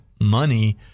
money